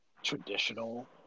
traditional